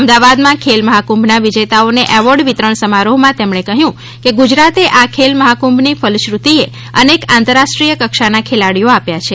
અમદાવાદમા ખેલમહાકુંભના વિજેતાઓને એવોર્ડ વિતરણ સમારોહમાં તેમણે કહ્યું કે ગુજરાતે આ ખેલમહાકુંભની ફલશ્રૃતિએ અનેક આંતરરાષ્ટ્રીયકક્ષાના ખેલાડીઓ આપ્યાં છે